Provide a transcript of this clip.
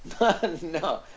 no